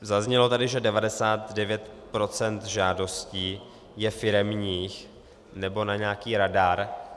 Zaznělo tady, že 99 % žádostí je firemních nebo na nějaký radar.